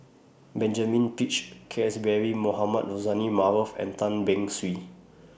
Benjamin Peach Keasberry Mohamed Rozani Maarof and Tan Beng Swee